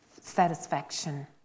satisfaction